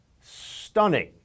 stunning